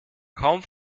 kaum